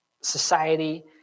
society